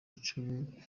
icumi